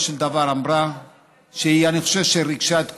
של דבר אמרה ואני חושב שריגשה את כולנו: